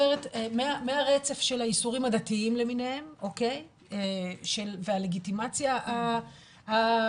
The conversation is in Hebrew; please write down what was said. מהרצף של האיסורים הדתיים למיניהם והלגיטימציה הממלכתית